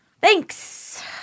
Thanks